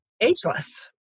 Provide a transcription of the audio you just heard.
ageless